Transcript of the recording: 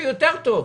והוא יותר טוב.